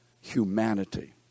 humanity